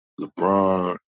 LeBron